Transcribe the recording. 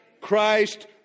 Christ